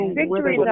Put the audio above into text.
victory